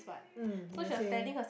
mm you were saying